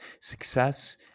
success